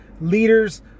leaders